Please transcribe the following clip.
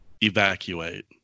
evacuate